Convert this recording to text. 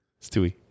Stewie